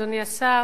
אדוני השר,